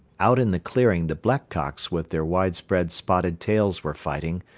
out in the clearing the blackcocks with their wide-spread spotted tails were fighting,